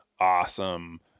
awesome